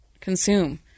consume